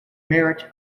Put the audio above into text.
merit